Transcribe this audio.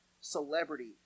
celebrity